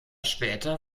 später